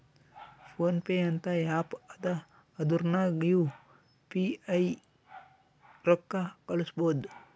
phone pay ಅಂತ app ಅದಾ ಅದುರ್ನಗ್ ಯು ಪಿ ಐ ರೊಕ್ಕಾ ಕಳುಸ್ಬೋದ್